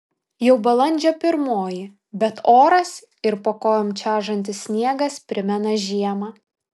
jau balandžio pirmoji bet oras ir po kojom čežantis sniegas primena žiemą